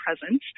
presence